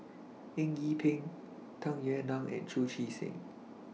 Eng Yee Peng Tung Yue Nang and Chu Chee Seng